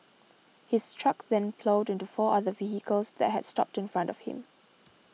his truck then ploughed into four other vehicles that had stopped in front of him